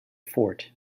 fort